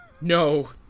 No